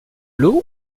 l’eau